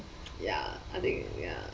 ya I think ya